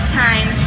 time